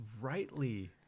rightly